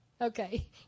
Okay